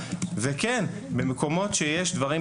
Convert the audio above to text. אחד לאחד.